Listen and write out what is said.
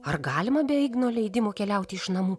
ar galima be igno leidimo keliauti iš namų